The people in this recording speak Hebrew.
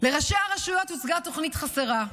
לראשי הרשויות הוצגה תוכנית חסרה,